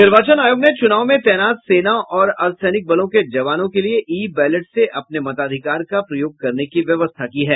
निर्वाचन आयोग ने चुनाव में तैनात सेना और अर्द्वसैनिक बलों के जवानों के लिए ई बैलेट से अपने मताधिकार का प्रयोग करने की व्यवस्था की है